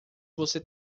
você